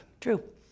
True